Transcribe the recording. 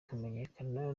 kumenyekana